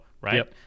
right